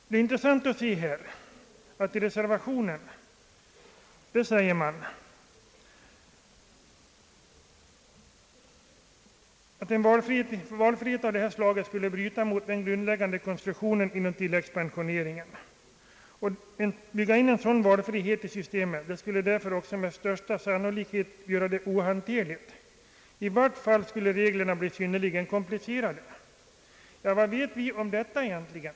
Det intressantaste är att det i reservationen säges: »En valfrihet av detta slag skulle emellertid bryta mot den grundläggande «konstruktionen inom tilläggspensioneringen. Att bygga in en sådan valfrihet i systemet skulle därför med största sannolikhet göra detta ohanterligt. I vart fall skulle reglerna bli synnerligen komplicerade.» Vad vet vi om detta egentligen?